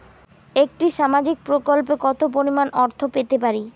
একটি সামাজিক প্রকল্পে কতো পরিমাণ অর্থ পেতে পারি?